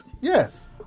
Yes